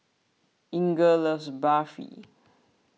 Inger loves Barfi